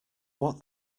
what